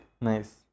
Nice